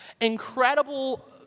incredible